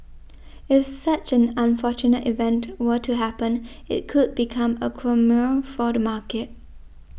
if such an unfortunate event were to happen it could become a quagmire for the market